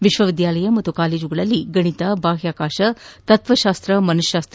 ವಿಶ್ವವಿದ್ಯಾಲಯ ಮತ್ತು ಕಾಲೇಜುಗಳಲ್ಲಿ ಗಣಿತ ಬಾಹ್ಲಾಕಾಶ ತತ್ವಶಾಸ್ತ ಮನಶಾಸ್ತ